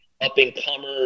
up-and-comer